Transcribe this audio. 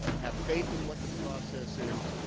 have faith in what the process is,